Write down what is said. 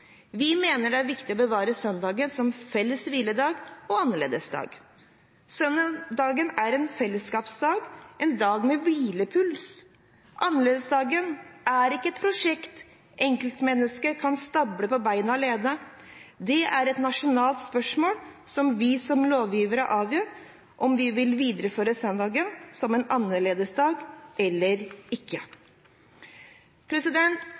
Vi mener det er viktig å bevare søndagen som felles hviledag og annerledesdag. Søndagen er en fellesskapsdag, en dag med hvilepuls. Annerledesdagen er ikke et prosjekt enkeltmennesket kan stable på bena alene. Det er et nasjonalt spørsmål som vi som lovgivere avgjør, om vi vil videreføre søndagen som en annerledesdag eller ikke.